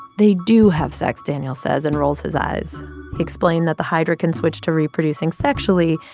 they do have sex, daniel says and rolls his eyes. he explained that the hydra can switch to reproducing sexually,